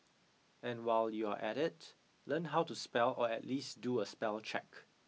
and while you're at it learn how to spell or at least do a spell check